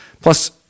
Plus